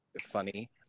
funny